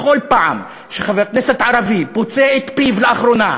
בכל פעם שחבר כנסת ערבי פוצה את פיו לאחרונה,